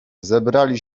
zebrali